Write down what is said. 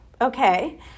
okay